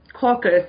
caucus